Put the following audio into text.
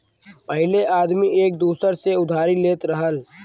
पहिले आदमी एक दूसर से उधारी लेत रहल